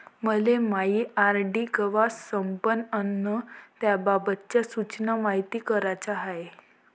मले मायी आर.डी कवा संपन अन त्याबाबतच्या सूचना मायती कराच्या हाय